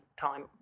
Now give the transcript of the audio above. time